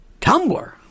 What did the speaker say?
Tumblr